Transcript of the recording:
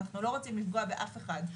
ואנחנו לא רוצים לפגוע באף אחד.